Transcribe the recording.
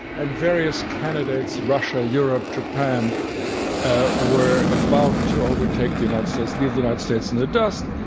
and various candidates russia, europe, japan ah were about to overtake the united states, leave the united states in the dust,